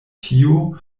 tio